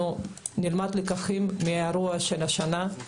אנחנו נלמד לקחים מן האירוע שהיה השנה.